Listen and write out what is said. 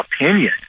opinion